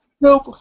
Nope